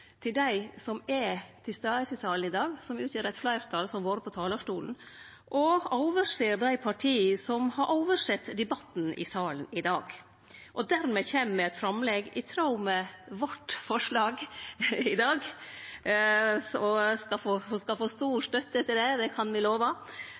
til dei som er til stades i salen i dag, som utgjer eit fleirtal, og som går opp på talarstolen og overser dei partia som har oversett debatten i salen i dag – og dermed kjem med framlegg i tråd med vårt forslag. Ho skal få stor